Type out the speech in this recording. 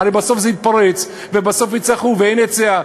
הרי בסוף זה יתפרץ ובסוף יצטרכו, ואין היצע.